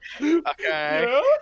Okay